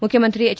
ಮುಖ್ಯಮಂತ್ರಿ ಹೆಚ್